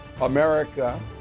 America